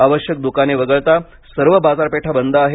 आवश्यक दुकाने वगळता सर्व बाजारपेठा बंद आहेत